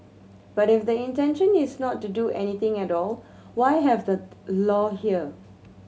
but if the intention is not to do anything at all why have the law there